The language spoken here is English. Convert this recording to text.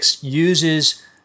uses